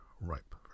ripe